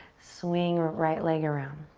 swing right leg around.